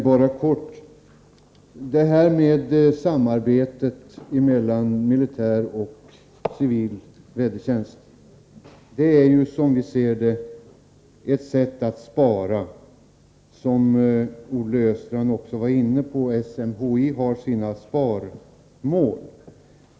Herr talman! Helt kort: Ett samarbete mellan militär och civil vädertjänst är, som vi ser det, ett sätt att spara. Olle Östrand var också inne på att SMHI har sina sparmål.